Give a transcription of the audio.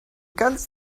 ganz